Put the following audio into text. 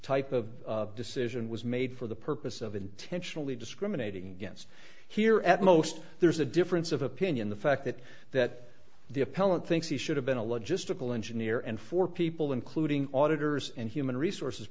type of decision was made for the purpose of intentionally discriminating against here at most there's a difference of opinion the fact that that the appellant thinks he should have been a logistical engineer and four people including auditors and human resources